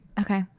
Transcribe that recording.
Okay